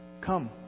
come